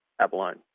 abalone